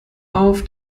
auf